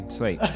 sweet